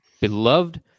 beloved